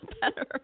better